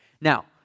Now